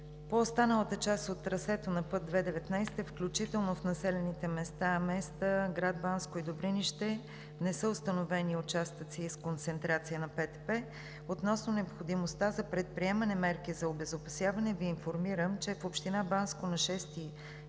по останалата част от трасето на път II-19, включително в населените места Места, град Банско и Добринище, не са установени участъци с концентрация на ПТП. Относно необходимостта за предприемане на мерки за обезопасяване Ви информирам, че в община Банско на 6